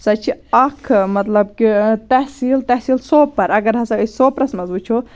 سَہ چھِ اَکھ مطلب کہِ تحصیٖل تحصیٖل سوپَر اگر ہَسا أسۍ سوپرَس منٛز وٕچھو